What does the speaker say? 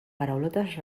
paraulotes